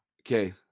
Okay